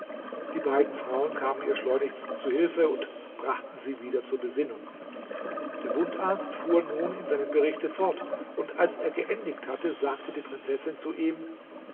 die beiden frauen kamen ihr schleunig zu hilfe und brachten sie wieder zur besinnung der wundarzt fuhr nun in seinem berichte fort und als er geendigt hatte sagte die prinzessin zu ihm